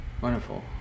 Wonderful